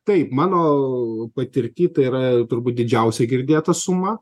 taip mano patirty tai yra turbūt didžiausia girdėta suma